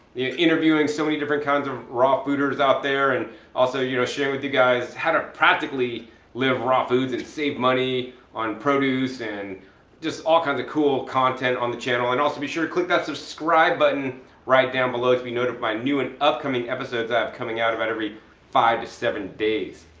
interviewing so many different kinds of raw fooders out there and also you know sharing with you guys. had our practically live raw foods and save money on produce ad just all kinds of cool content on the channel and also be sure to click that subscribe button right down below. it's been note of my new and upcoming episodes, i have coming out about every five to seven days.